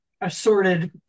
assorted